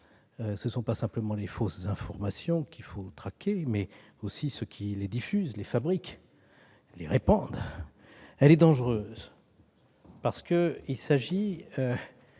Ce ne sont pas simplement les fausses informations qu'il faut traquer, mais aussi ceux qui les diffusent, les fabriquent et les répandent. Cette législation est dangereuse, parce qu'il s'agit